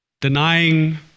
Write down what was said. Denying